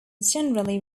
generally